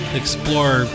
explore